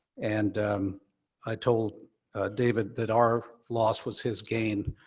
and i told david that our loss was his gain,